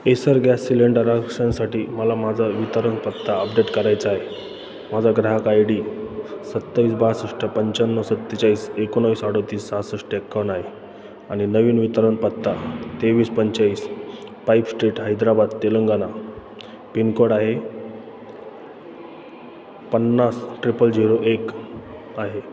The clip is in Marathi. एसर गॅस सिलेंडर आरक्षणासाठी मला माझा वितरण पत्ता अपडेट करायचा आहे माझा ग्राहक आय डी सत्तावीस बासष्ट पंच्याण्णव सत्तेचाळीस एकोणवीस अडतीस सहासष्ट एकावन्न आहे आणि नवीन वितरण पत्ता तेवीस पंचेचाळीस pipe street Hyderabad Telangana pin code आहे पन्नास ट्रिपल झिरो एक आहे